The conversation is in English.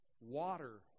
water